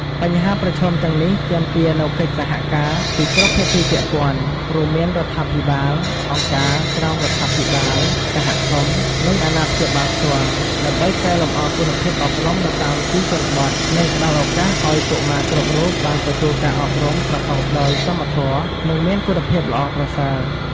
បញ្ហាប្រឈមទាំងនេះទាមទារនូវកិច្ចសហការពីគ្រប់ភាគីពាក់ព័ន្ធ រួមមានរដ្ឋាភិបាល អង្គការក្រៅរដ្ឋាភិបាល សហគមន៍ និងអាណាព្យាបាលផ្ទាល់ ដើម្បីកែលម្អគុណភាពអប់រំនៅតាមទីជនបទ និងផ្តល់ឱកាសឲ្យកុមារគ្រប់រូបបានទទួលការអប់រំប្រកបដោយសមធម៌ និងមានគុណភាពល្អប្រសើរ។